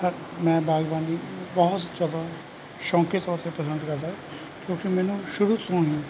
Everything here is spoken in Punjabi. ਮੈਂ ਬਾਗਬਾਨੀ ਬਹੁਤ ਜ਼ਿਆਦਾ ਸ਼ੌਂਕਿਆ ਤੌਰ 'ਤੇ ਪਸੰਦ ਕਰਦਾ ਕਿਉਂਕਿ ਮੈਨੂੰ ਸ਼ੁਰੂ ਤੋਂ ਹੀ